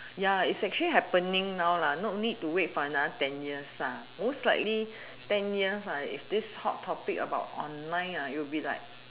ya it's actually happening now not need to wait for another ten years most likely ten years if this hot topic about online it will be like